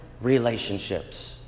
relationships